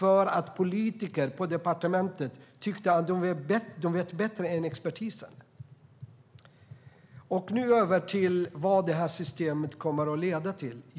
Politiker på departementet tyckte att de visste bättre än expertisen. Nu ska jag gå över till vad det här systemet kommer att leda till.